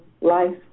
life